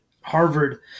Harvard